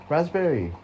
Raspberry